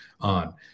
on